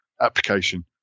application